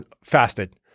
fasted